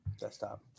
desktop